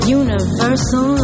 universal